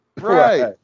Right